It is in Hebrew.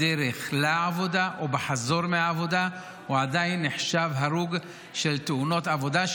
בדרך לעבודה או בחזור מהעבודה הוא עדיין נחשב הרוג של תאונות עבודה,